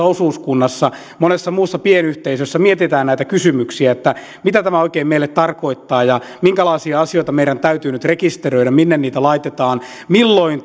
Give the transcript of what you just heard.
osuuskunnassa monessa muussa pienyhteisössä mietitään näitä kysymyksiä mitä tämä oikein meille tarkoittaa ja minkälaisia asioita meidän täytyy nyt rekisteröidä minne niitä laitetaan milloin